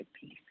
peace